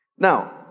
Now